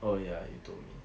oh ya you told me